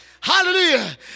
Hallelujah